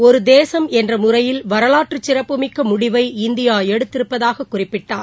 ஒரு தேசம் என்ற முறையில் வரலாற்றுச் சிறப்புமிக்க முடிவை இந்தியா எடுத்திருப்பதாக குறிப்பிட்டார்